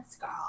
girl